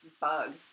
bug